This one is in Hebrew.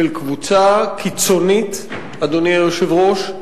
של קבוצה קיצונית, אדוני היושב-ראש,